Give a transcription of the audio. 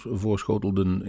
voorschotelden